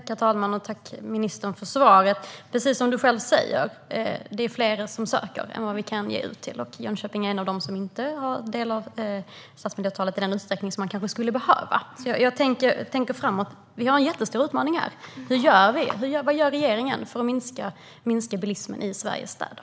Herr talman! Tack, ministern, för svaret! Precis som du själv säger är det fler som söker än vi kan ge bidrag till. Jönköping är en av de städer som inte har fått del av stadsmiljöavtalet i den utsträckning man kanske skulle behöva. Vi har en jättestor utmaning här. Hur gör vi? Vad gör regeringen för att minska bilismen i Sveriges städer?